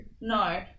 no